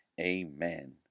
Amen